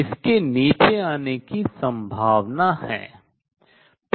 इसके नीचे आने की संभावना है